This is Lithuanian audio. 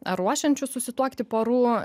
ruošiančių susituokti porų